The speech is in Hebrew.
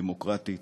דמוקרטית,